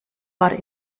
war